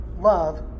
love